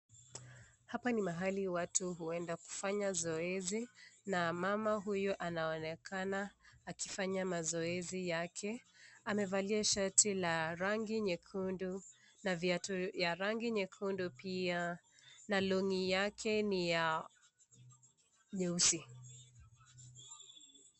Hapa ni mahali watu huenda kufanya mazoezi na mama huyu anaonekana kufanya mazoezi yake. Amevalia shati la rangi nyekundu na viatu nyekundu pia na long'i yake ni nyeusi.